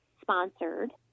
sponsored